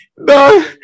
No